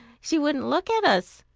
she wouldn't look at us.